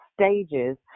stages